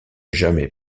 jamais